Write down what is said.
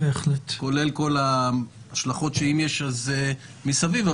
כולל כל השלכות שיש מסביב.